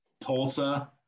Tulsa